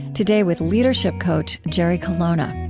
today with leadership coach jerry colonna